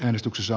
äänestyksessä